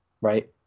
right